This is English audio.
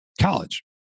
college